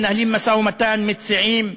מנהלים משא-ומתן, מציעים,